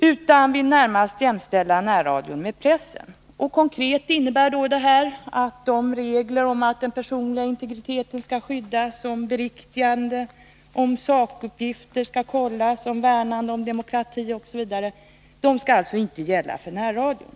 Han vill i stället närmast jämställa närradion med pressen. Konkret innebär det att reglerna om att den personliga integriteten skall skyddas, att beriktigande skall införas, att sakuppgifter skall kollas, att demokratin skall värnas osv. inte skall gälla för närradion.